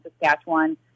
Saskatchewan